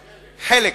חלק.